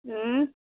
उँह